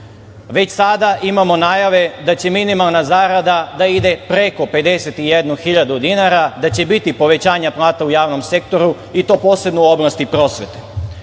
Već sada imamo najave da će minimalna zarada da ide preko 51.000 dinara, da će biti povećanja plata u javnom sektoru, i to posebno u oblasti prosvete. Ne